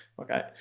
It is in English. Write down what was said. Okay